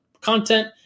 content